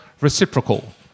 reciprocal